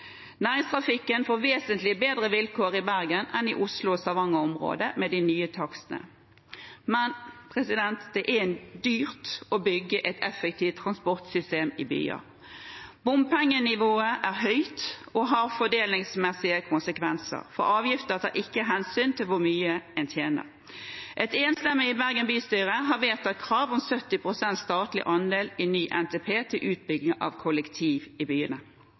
Næringstrafikken får vesentlig bedre vilkår i Bergen enn i Oslo og Stavanger-området med de nye takstene. Det er dyrt å bygge et effektivt transportsystem i byer. Bompengenivået er høyt og har fordelingsmessige konsekvenser, for avgifter tar ikke hensyn til hvor mye en tjener. Et enstemmig Bergen bystyre har vedtatt et krav om 70 pst. statlig andel i ny NTP til utbygging av kollektiv i byene